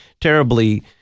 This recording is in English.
terribly